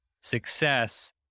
success